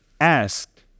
asked